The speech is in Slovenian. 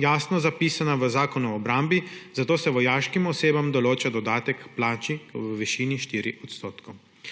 jasno zapisana v Zakonu o obrambi, zato se vojaškim osebam določa dodatek k plači v višini 4 %. Nova